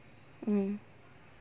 mm